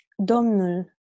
Domnul